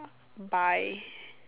buy